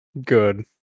Good